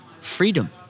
freedom